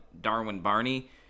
Darwin-Barney